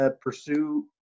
pursue